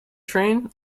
train